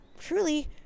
truly